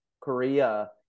Korea